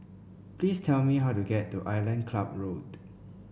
please tell me how to get to Island Club Road